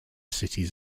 cities